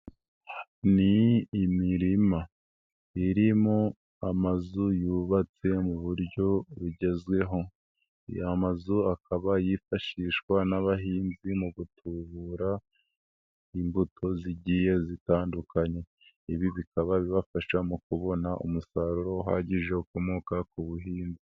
Ni imirima irimo amazu yubatse mu buryo bugezweho, ayo mazu akaba yifashishwa n'abahinzi mu gutubura imbuto zigiye zitandukanye, ibi bikaba bibafasha mu kubona umusaruro uhagije ukomoka ku buhinzi.